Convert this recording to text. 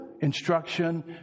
instruction